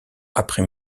après